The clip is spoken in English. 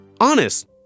Honest